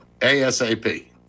ASAP